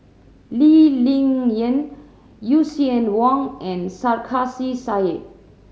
Lee Ling Yen Lucien Wang and Sarkasi Said